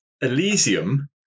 Elysium